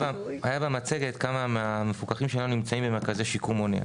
במצגת היה כמה מפוקחים נמצאים במרכזים לשיקום מונע.